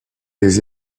des